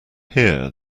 here